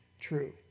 true